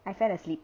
I fell asleep